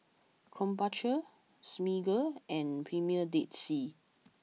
Krombacher Smiggle and Premier Dead Sea